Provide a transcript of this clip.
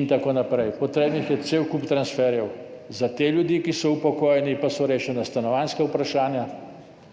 in tako naprej, potrebnih je cel kup transferjev, za te ljudi, ki so upokojeni, pa je rešeno stanovanjsko vprašanja,